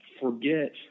forget